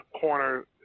corner